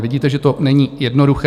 Vidíte, že to není jednoduché.